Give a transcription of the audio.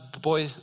boy